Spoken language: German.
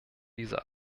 dieser